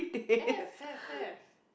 have have have